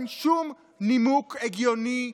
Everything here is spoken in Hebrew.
אין שום נימוק הגיוני,